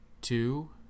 two